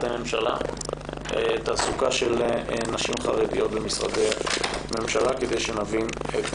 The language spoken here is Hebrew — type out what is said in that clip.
הממשלה על תעסוקת נשים חרדיות במשרדי הממשלה כדי שנבין את